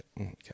Okay